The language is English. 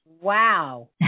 Wow